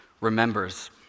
remembers